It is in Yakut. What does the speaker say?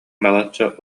балачча